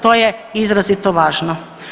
To je izrazito važno.